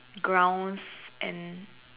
grounds and